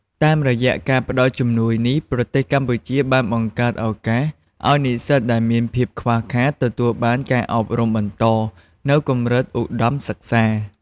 តាមរយៈ ការផ្ដល់ជំនួយនេះ ប្រទេសកម្ពុជាបានបង្កើនឱកាស ឱ្យនិស្សិតដែលមានភាពខ្វះខាតទទួលបានការអប់រំបន្តនៅកម្រិតឧត្តមសិក្សា។